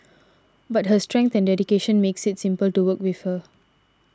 but her strength and dedication makes it simple to work with her